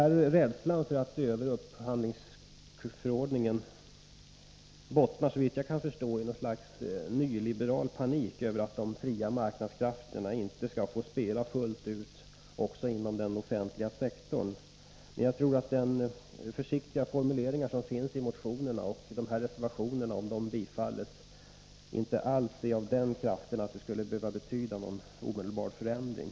Rädslan för att se över upphandlingsförordningen bottnar såvitt jag kan förstå i något slags nyliberal panik inför att de fria marknadskrafterna inte skall få spela fullt ut också inom den offentliga sektorn. Men jag tror inte att de försiktiga formuleringarna i motionerna och reservationerna är av den arten att de skulle innebära någon omedelbar förändring.